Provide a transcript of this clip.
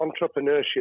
entrepreneurship